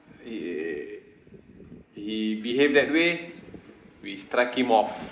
he he behave that way we struck him off